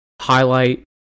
highlight